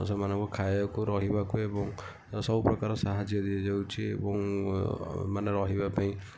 ସେମାନଙ୍କୁ ଖାଇବାକୁ ରହିବାକୁ ଏବଂ ସବୁ ପ୍ରକାର ସାହାଯ୍ୟ ଦିଆଯାଉଛି ଏବଂ ମାନେ ରହିବା ପାଇଁ